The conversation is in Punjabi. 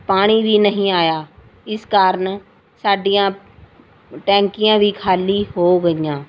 ਪਾਣੀ ਵੀ ਨਹੀਂ ਆਇਆ ਇਸ ਕਾਰਨ ਸਾਡੀਆਂ ਟੈਂਕੀਆਂ ਵੀ ਖਾਲੀ ਹੋ ਗਈਆਂ